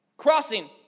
Crossing